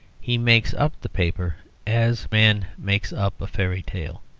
he makes up the paper as man makes up a fairy tale,